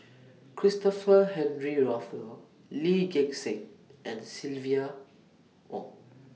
Christopher Henry Rothwell Lee Gek Seng and Silvia Yong